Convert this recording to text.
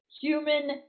human